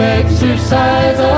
exercise